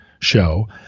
show